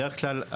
בדרך כלל,